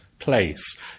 Place